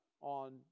on